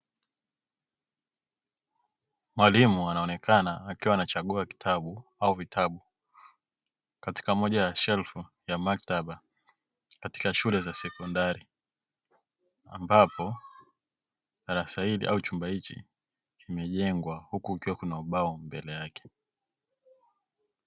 Mwalimu anaonekana akiwa anachagua kitabu au vitabu katika moja ya shelfu ya maktaba katika shule za sekondari, ambapo darasa hili au chumba hichi kimejengwa huku kukiwa kuna ubao pembeni yake.